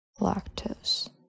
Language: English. lactose